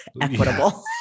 equitable